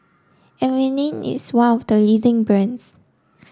Avene is one of the leading brands